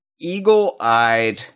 eagle-eyed